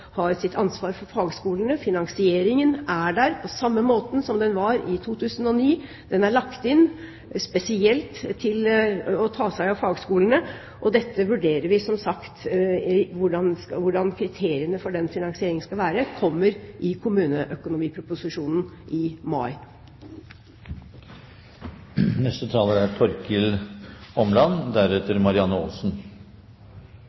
for fagskolene. Finansieringen er der på samme måten som den var i 2009. Den er lagt inn, spesielt for å ta seg av fagskolene, og dette vurderer vi, som sagt. Hvordan kriteriene for den finansieringen skal være, kommer i kommuneproposisjonen i mai.